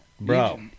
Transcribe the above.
Bro